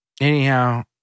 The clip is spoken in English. anyhow